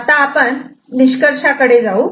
आता आपण निष्कर्षकडे जाऊ